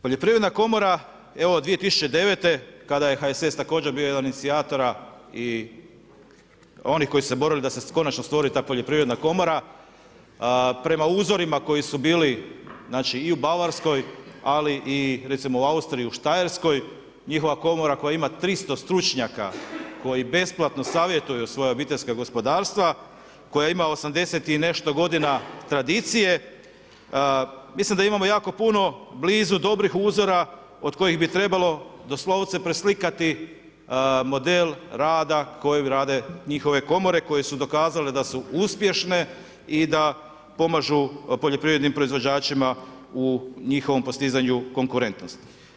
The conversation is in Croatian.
Poljoprivredna komora, evo 2009. kad je HSS također bio jedan od inicijatora i onih koji su se borili da se konačno stvori ta poljoprivredna komora, prema uzorima koji su bili i u Bavarskoj, ali i recimo u Austriji i u Štajerskoj, njihova komora koja ima 300 stručnjaka koji besplatno savjetuju svoja obiteljska gospodarstva, koja ima 80 i nešto godina tradicije, mislim da imamo jako puno blizu dobrih uzora od kojih bi trebalo doslovce preslikati model rada koje grade njihove komore koje su dokazale da su uspješne i da pomažu poljoprivrednim proizvođačima u njihovom postizanju konkurentnosti.